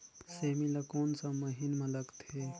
सेमी ला कोन सा महीन मां लगथे?